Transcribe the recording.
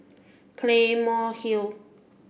Claymore Hill